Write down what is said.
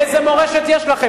איזה מורשת יש לכם?